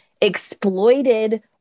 exploited